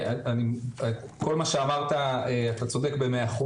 כל מה שאמרת אתה צודק ב-100%.